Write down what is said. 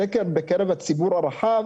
סקר בקרב הציבור הרחב